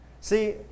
See